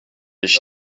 ich